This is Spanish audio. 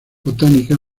botánica